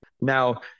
now